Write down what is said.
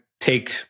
take